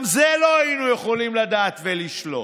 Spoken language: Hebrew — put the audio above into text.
גם את זה לא היינו יכולים לדעת, ולשלוט.